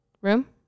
room